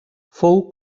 fou